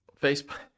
Facebook